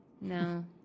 No